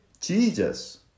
Jesus